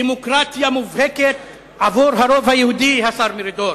דמוקרטיה מובהקת עבור הרוב היהודי, השר מרידור.